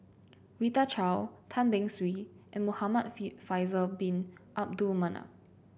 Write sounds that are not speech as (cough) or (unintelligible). Rita Chao Tan Beng Swee and Muhamad (unintelligible) Faisal bin Abdul Manap